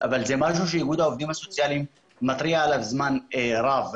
אבל זה משהו שאיגוד העובדים הסוציאליים מתריע עליו זמן רב,